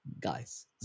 guys